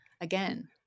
again